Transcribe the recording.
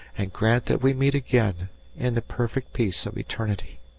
and grant that we meet again in the perfect peace of eternity.